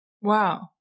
Wow